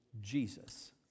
Jesus